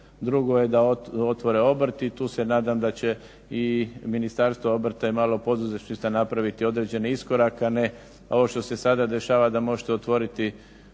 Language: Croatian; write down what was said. drugo je da otvore obrt i tu se nadam da će i Ministarstvo obrta i malog poduzetništva napraviti određeni iskorak, a ne ovo što se sada dešava da možete otvoriti tvrtku